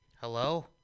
Hello